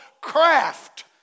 craft